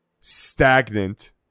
stagnant